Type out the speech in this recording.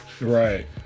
Right